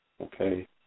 Okay